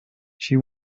she